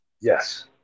Yes